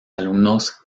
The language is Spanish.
alumnos